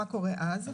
מה קורה אז?